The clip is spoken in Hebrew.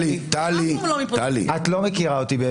את לא מכירה אותי.